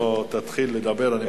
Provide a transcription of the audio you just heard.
בוא תתחיל לדבר.